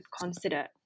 consider